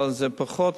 אבל זה פחות,